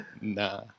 Nah